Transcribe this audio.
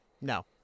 No